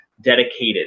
dedicated